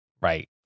right